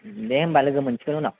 दे होमबा लोगो मोनसिगोन उनाव